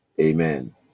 Amen